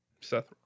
Seth